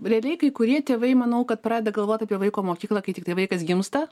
realiai kai kurie tėvai manau kad pradeda galvot apie vaiko mokyklą kai tiktai vaikas gimsta